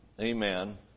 Amen